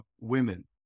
women